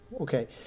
Okay